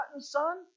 son